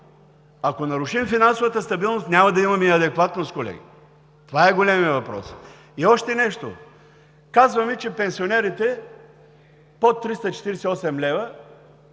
Ако нарушим финансовата стабилност, няма да имаме и адекватност, колеги! Това е големият въпрос. И още нещо! Казваме, че пенсионерите под 348 лв.